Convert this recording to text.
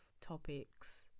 topics